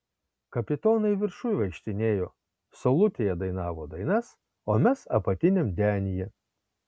kapitonai viršuj vaikštinėjo saulutėje dainavo dainas o mes apatiniam denyje